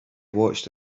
watched